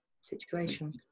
situation